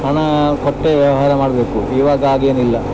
ಹಣಾ ಕೊಟ್ಟೆ ವ್ಯವಹಾರ ಮಾಡಬೇಕು ಇವಾಗ ಹಾಗೇನಿಲ್ಲ